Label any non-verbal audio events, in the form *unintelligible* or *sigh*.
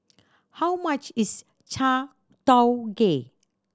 how much is *unintelligible*